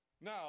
Now